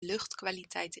luchtkwaliteit